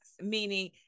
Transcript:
meaning